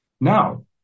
Now